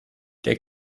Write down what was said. der